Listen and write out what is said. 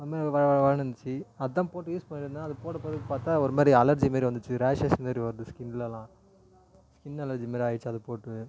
ஒரு மாரி வழவழவழன்னு இருந்துச்சி அதான் போட்டு யூஸ் பண்ணிட்டு இருந்தேன் அதை போடப்போட பார்த்தா ஒரு மாதிரி அலர்ஜி மாரி வந்துடுச்சி ரேஷஸ் மாரி வருது ஸ்கின்லலாம் ஸ்கின் அலர்ஜி மாதிரி ஆகிடுச்சி அதை போட்டு